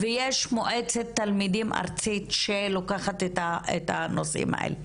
יש מועצת תלמידים ארצית שלוקחת את הנושאים האלה.